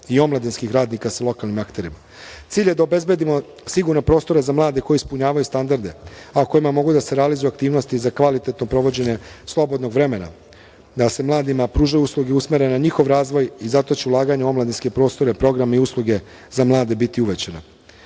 i omladinskih radnika sa lokalnim akterima. Cilj je da obezbedimo siguran prostor za mlade koji ispunjavaju standarde, a u kojima mogu da se realizuju aktivnosti za kvalitetno provođenje slobodnog vremena, da se mladima pruže usluge usmerene na njihov razvoj i zato će ulaganja u omladinske prostore, program i usluge za mlade biti uvećana. Prema